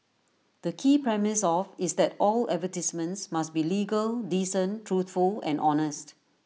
the key premise of is that all advertisements must be legal decent truthful and honest